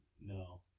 No